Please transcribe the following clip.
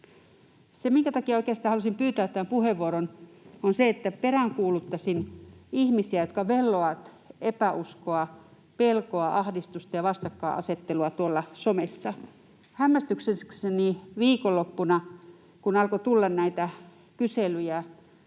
Syy, minkä takia oikeastaan halusin pyytää tämän puheenvuoron, on se, että peräänkuuluttaisin ihmisiä, jotka vellovat epäuskoa, pelkoa, ahdistusta ja vastakkainasettelua tuolla somessa. Hämmästyksekseni viikonloppuna, kun alkoi tulla näitä kyselyjä